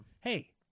Hey